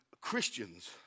Christians